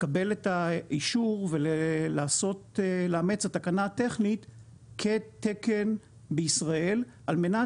לקבל את האישור ולאמץ את התקנה הטכנית כתקן בישראל על מנת